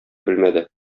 белмәде